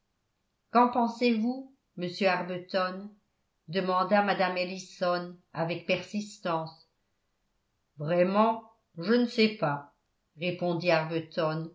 qu'en pensez-vous monsieur arbuton demanda mme ellison avec persistance vraiment je ne sais pas répondit